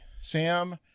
Sam